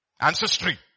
Ancestry